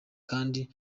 kandi